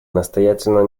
настоятельно